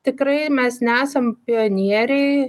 tikrai mes nesam pionieriai